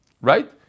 Right